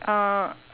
uh